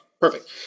Perfect